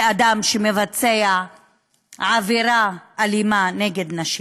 כאדם שמבצע עבירה אלימה נגד נשים.